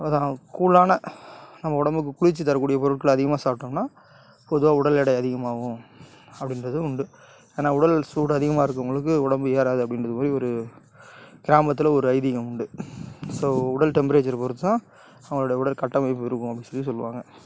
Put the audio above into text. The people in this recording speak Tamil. அப்புறம் கூலான நம்ம உடம்புக்கு குளிர்ச்சி தரக்கூடிய பொருட்களை அதிகமாக சாப்பிட்டோம்னா பொதுவாக உடல் எடை அதிகாமாகும் அப்படின்றது உண்டு ஏன்னால் உடல் சூடு அதிகமாக இருக்கிறவங்களுக்கு உடம்பு ஏறாது அப்படின்றது மாதிரி ஒரு கிராமத்தில் ஒரு ஐதீகம் உண்டு ஸோ உடல் டெம்பரேச்சர் பொறுத்து தான் அவங்களோட உடற் கட்டமைப்பு இருக்கும் அப்படினு சொல்லி சொல்லுவாங்கள்